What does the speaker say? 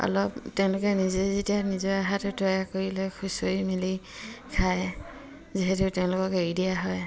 অলপ তেওঁলোকে নিজে যেতিয়া নিজৰ হাতো তৈয়াৰ কৰিলে খুঁচৰি মেলি খায় যিহেতু তেওঁলোকক এৰি দিয়া হয়